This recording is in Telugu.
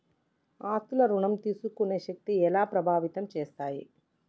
ఆస్తుల ఋణం తీసుకునే శక్తి ఎలా ప్రభావితం చేస్తాయి?